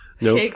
No